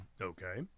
Okay